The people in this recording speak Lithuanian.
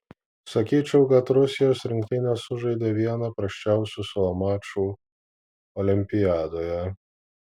sakyčiau kad rusijos rinktinė sužaidė vieną prasčiausių savo mačų olimpiadoje